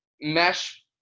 mesh